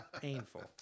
painful